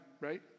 right